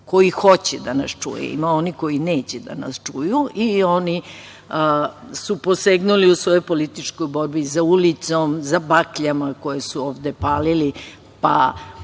koji hoće da nas čuje. Ima i onih koji neće da nas čuju i oni su posegnuli u svojoj političkoj borbi za ulicom, za bakljama koje su ovde palili. Moram